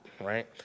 right